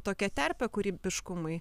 tokią terpę kūrybiškumui